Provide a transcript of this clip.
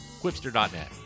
quipster.net